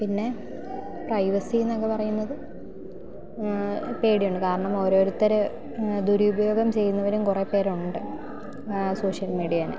പിന്നെ പ്രൈവസിയെന്നൊക്കെ പറയുന്നത് പേടിയുണ്ട് കാരണം ഓരോരുത്തർ ദുരുപയോഗം ചെയ്യുന്നവരും കുറേ പേരുണ്ട് സോഷ്യൽ മീഡിയേനെ